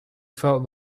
felt